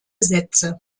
sätze